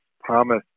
promise